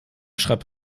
schreibt